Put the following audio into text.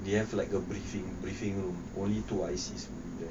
they have like a briefing briefing room only two I_C will be there